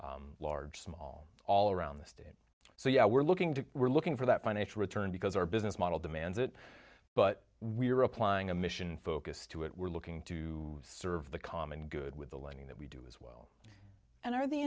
based large small all around the state so yeah we're looking to we're looking for that financial return because our business model demands it but we're applying a mission focus to it we're looking to serve the common good with the lending that we do as well and are the